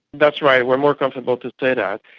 that's right, we're more comfortable to say that.